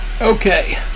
Okay